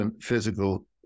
physical